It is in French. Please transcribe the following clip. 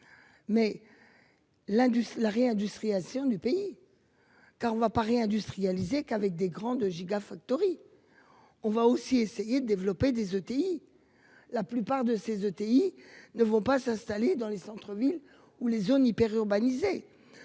la réindustrialisation du pays. Quand on va pas réindustrialiser qu'avec des grands deux gigafactories. On va aussi essayer de développer des ETI. La plupart de ces ETI ne vont pas s'installer dans les centre-, ville où les zones hyper urbanisée.